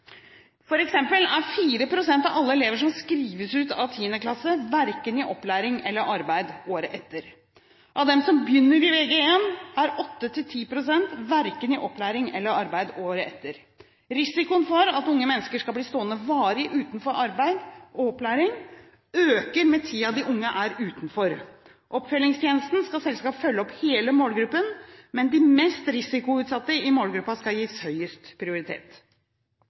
er 4 pst. av alle elever som skrives ut av 10. klasse, verken i opplæring eller i arbeid året etter. Av dem som begynner på Vg1, er 8–10 pst. verken i opplæring eller i arbeid året etter. Risikoen for at unge mennesker skal bli stående varig utenfor arbeid og opplæring øker med tiden de unge er utenfor. Oppfølgingstjenesten skal selvsagt følge opp hele målgruppen, men de mest risikoutsatte i målgruppen skal gis høyest prioritet.